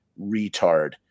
Retard